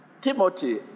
Timothy